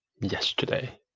Yesterday